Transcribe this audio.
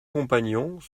compagnons